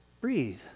breathe